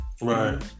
right